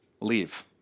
leave